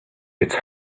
its